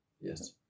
Yes